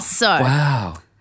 Wow